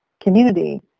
community